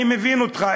אני מבין אותך.